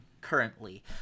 currently